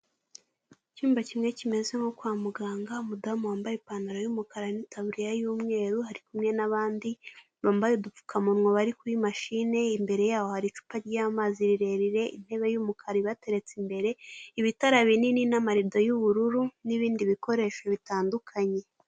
Icyumba kimwe kimeze nko kwa muganga; umudamu wambaye ipantaro y'umukara n'itaburiya y'umweru arikumwe n'abandi bambaye udupfukamunwa bari kuri mashine; imbere yaho hari icupa ry'amazi rirerire, intebe y'umukara ibateretse imbere, ibitara binini n'amarido y'ubururu n'ibindi bikoresho bitandukanye.